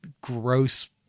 gross